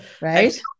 right